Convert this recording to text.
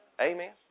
Amen